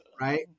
Right